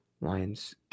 Lions